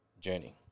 journey